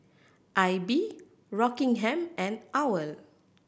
Aibi Rockingham and owl